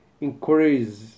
increase